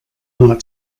not